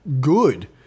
good